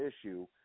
issue